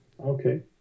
Okay